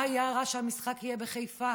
מה היה רע שהמשחק יהיה בחיפה?